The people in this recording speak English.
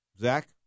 Zach